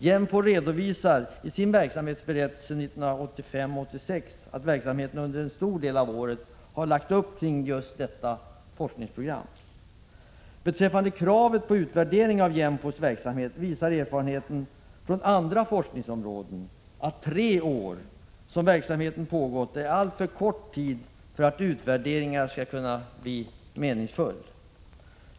JÄMFO redovisar i sin verksamhetsberättelse för 1985/86 att verksamheten under året till stor del lagts upp kring detta forskningsprogram. Beträffande kravet på utvärdering av JÄMFO:s verksamhet visar erfarenheter från andra forskningsområden att de tre år som försöksverksamheten pågått är en alltför kort tid för att en utvärdering skall bli meningsfull.